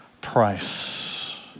price